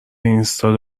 اینستا